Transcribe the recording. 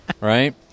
right